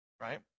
Right